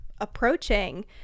approaching